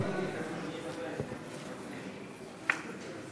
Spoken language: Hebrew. ההצעה להעביר את הצעת חוק יד יצחק בן-צבי (תיקון,